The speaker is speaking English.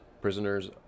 Prisoners